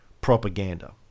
propaganda